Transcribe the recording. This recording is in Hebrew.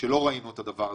שלא ראינו את הדבר הזה,